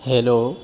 hello